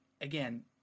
again